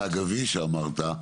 הנזק האגבי שאמרת,